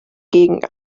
gegen